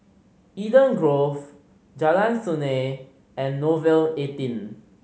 Eden Grove Jalan Sungei and Nouvel eighteen